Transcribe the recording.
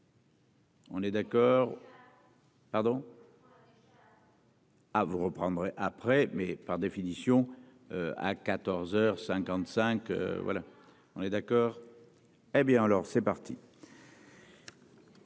On est d'accord. Ah vous reprendrez après mais par définition. À 14h 55. Voilà on est d'accord. Hé bien alors c'est parti.